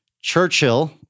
Churchill